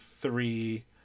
three